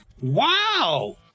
Wow